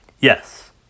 Yes